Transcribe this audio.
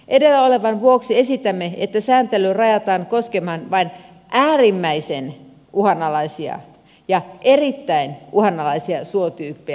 edellä olevan vuoksi esitämme että sääntely rajataan koskemaan vain äärimmäisen uhanalaisia ja erittäin uhanalaisia suotyyppejä